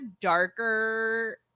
darker –